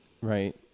Right